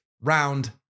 round